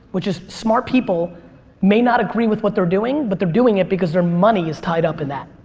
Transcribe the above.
which is smart people may not agree with what they're doing but they're doing it because their money is tied up in that.